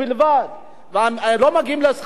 לא מגיעות לשכר הממוצע במשק,